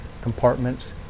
compartments